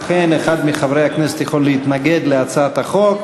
לכן אחד מחברי הכנסת יכול להתנגד להצעת החוק,